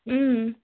اۭں